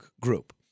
group